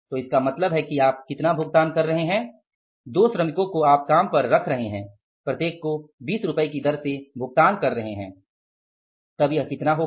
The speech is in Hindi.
तो इसका मतलब है कि आप कितना भुगतान कर रहे हैं 2 श्रमिकों को आप काम पर रख रहे हैं प्रत्येक को 20 रुपये की दर से भुगतान कर रहे हैं तब यह कितना होगा